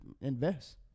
invest